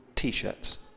t-shirts